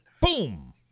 Boom